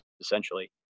essentially